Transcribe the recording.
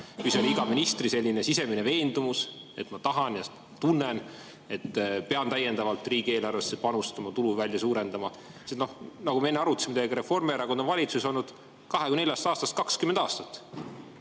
see oli iga ministri selline sisemine veendumus, et ma tahan ja tunnen, et pean täiendavalt riigieelarvesse panustama, tuluvälja suurendama? Nagu me enne teiega arutasime, Reformierakond on valitsuses olnud 24 aastast 20 aastat,